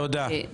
תודה.